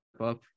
up